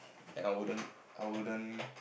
and I wouldn't I wouldn't